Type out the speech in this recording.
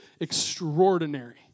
extraordinary